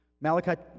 Malachi